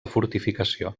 fortificació